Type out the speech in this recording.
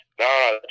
No